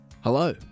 hello